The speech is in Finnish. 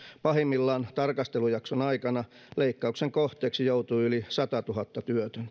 pahimmillaan tarkastelujakson aikana leikkauksen kohteeksi joutui yli satatuhatta